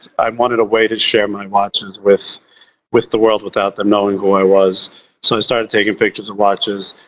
i wanted a way to share my watches with with the world, without them knowing who i was. so i started taking pictures of watches,